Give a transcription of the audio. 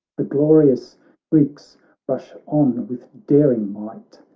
the glorious greeks rush on with daring might,